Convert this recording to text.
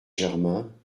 germain